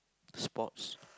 sports